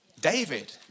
David